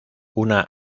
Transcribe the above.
una